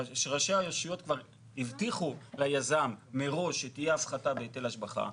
שראשי הרשויות כבר הבטיחו ליזם מראש שתהיה הפחתה בהיטל השבחה.